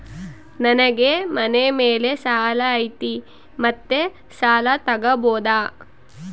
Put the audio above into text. ನನಗೆ ಮನೆ ಮೇಲೆ ಸಾಲ ಐತಿ ಮತ್ತೆ ಸಾಲ ತಗಬೋದ?